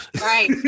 Right